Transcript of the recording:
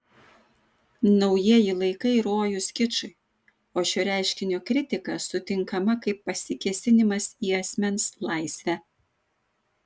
naujieji laikai rojus kičui o šio reiškinio kritika sutinkama kaip pasikėsinimas į asmens laisvę